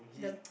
the